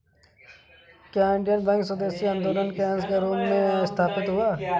क्या Indian Bank स्वदेशी आंदोलन के अंश के रूप में स्थापित हुआ?